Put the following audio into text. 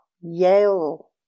Yale